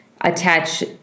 attach